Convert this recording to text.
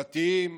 דתיים,